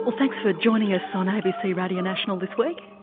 ah thanks for joining us on abc radio national this week.